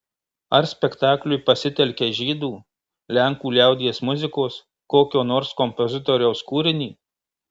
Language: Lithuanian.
ar spektakliui pasitelkei žydų lenkų liaudies muzikos kokio nors kompozitoriaus kūrinį